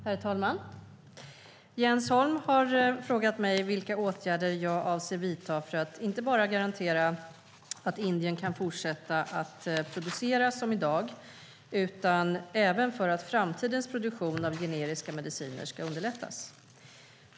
Herr talman! Jens Holm har frågat mig vilka åtgärder jag avser att vidta för att inte bara garantera att Indien kan fortsätta att producera som i dag utan även för att underlätta framtidens produktion av generiska mediciner.